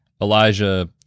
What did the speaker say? Elijah